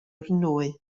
nwy